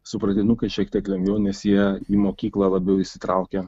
su pradinukais šiek tiek lengviau nes jie į mokyklą labiau įsitraukia